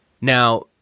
Now